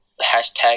hashtag